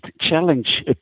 challenge